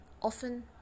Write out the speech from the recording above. often